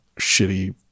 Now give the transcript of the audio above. shitty